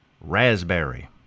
Raspberry